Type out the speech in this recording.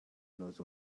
knows